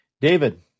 David